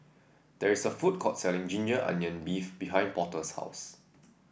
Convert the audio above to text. there is a food court selling ginger onion beef behind Porter's house